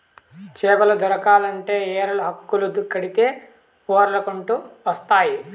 చేపలు దొరకాలంటే ఎరలు, హుక్కులు కడితే పొర్లకంటూ వస్తాయి